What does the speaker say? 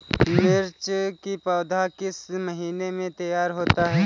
मिर्च की पौधा किस महीने में तैयार होता है?